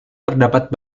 terdapat